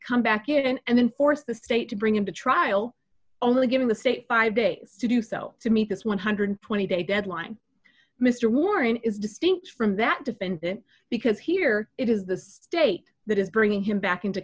come back in and then force the state to bring him to trial only giving the state five days to do so to meet this one hundred and twenty dollars day deadline mr warren is distinct from that defendant because here it is the state that is bringing him back into